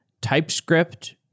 TypeScript